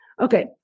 Okay